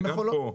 וגם פה,